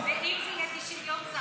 ואם זה יהיה אחרי 90 יום,